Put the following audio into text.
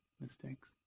mistakes